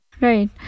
Right